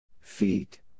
Feet